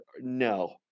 no